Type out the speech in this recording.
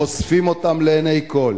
חושפים אותם לעיני כול,